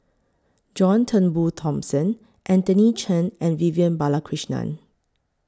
John Turnbull Thomson Anthony Chen and Vivian Balakrishnan